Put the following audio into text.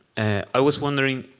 and i was wondering,